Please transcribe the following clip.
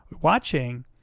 watching